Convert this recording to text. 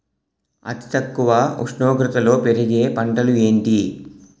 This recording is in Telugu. అతి తక్కువ ఉష్ణోగ్రతలో పెరిగే పంటలు ఏంటి?